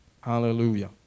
Hallelujah